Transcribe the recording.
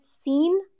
seen